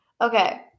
Okay